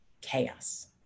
chaos